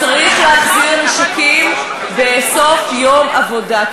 צריך להחזיר נשקים בסוף יום העבודה.